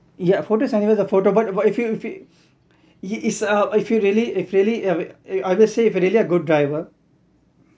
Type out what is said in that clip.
yeah photos anywhere the photo but if you if you fe~ its uh if you really if really uh obviously if you're a really good driver